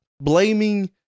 blaming